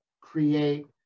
create